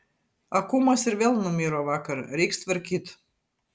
akumas ir vėl numiro vakar reiks tvarkyt